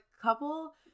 couple